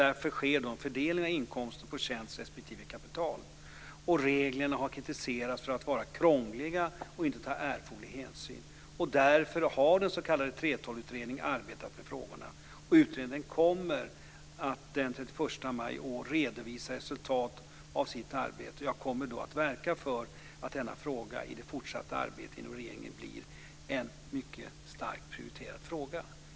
Därför sker en fördelning av inkomsten på tjänst respektive kapital. Reglerna har kritiserats för att vara krångliga och för att erforderlig hänsyn inte tas. Därför har den s.k. 3:12-utredningen arbetat med de här frågorna. Den 31 maj i år kommer utredningen att redovisa resultatet av sitt arbete. Jag kommer då att verka för att denna fråga i det fortsatta arbetet inom regeringen blir en mycket starkt prioriterad fråga.